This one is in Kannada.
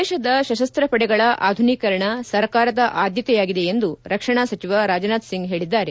ದೇಶದ ಸಶಸ್ತ ಪಡೆಗಳ ಆಧುನಿಕರಣ ಸರ್ಕಾರದ ಆಧ್ವತೆಯಾಗಿದೆ ಎಂದು ರಕ್ಷಣಾ ಸಚಿವ ರಾಜನಾಥ್ ಸಿಂಗ್ ಹೇಳಿದ್ದಾರೆ